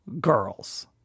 girls